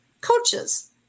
coaches